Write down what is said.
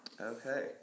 Okay